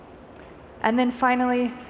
and then finally,